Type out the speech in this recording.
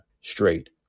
straight